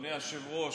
אדוני היושב-ראש,